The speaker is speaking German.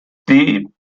die